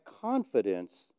confidence